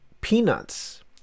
Peanuts